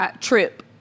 Trip